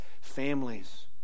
families